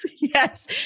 yes